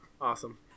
Awesome